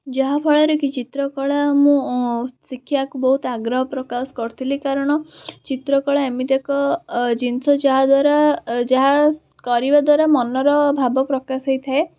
ଯାହା ଫଳରେକି ଚିତ୍ର କଳା ମୁଁ ଶିଖିବାକୁ ବହୁତ ଆଗ୍ରହ ପ୍ରକାଶ କରୁଥିଲି କାରଣ ଚିତ୍ରକଳା ଏମିତି ଏକ ଜିନିଷ ଯାହା ଦ୍ଵାରା ଯାହା କରିବା ଦ୍ଵାରା ମନର ଭାବ ପ୍ରକାଶ ହୋଇଥାଏ